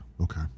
okay